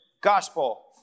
gospel